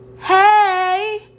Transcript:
hey